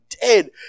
dead